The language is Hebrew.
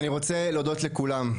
אני רוצה להודות לכולם,